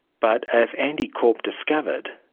but as andy corp discovered,